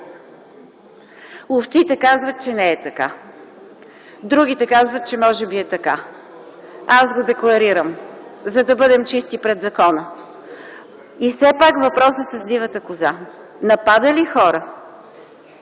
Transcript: Ловците казват, че не е така. Другите казват, че може би е така. Аз го декларирам, за да бъдем чисти пред закона. И все пак въпросът с дивата коза е: напада ли хора?